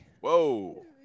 whoa